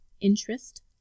interest